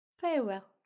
farewell